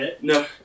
No